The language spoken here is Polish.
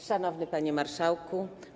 Szanowny Panie Marszałku!